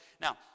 now